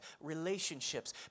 relationships